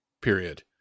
Period